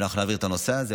ואנחנו נעביר את הנושא הזה.